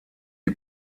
die